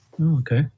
Okay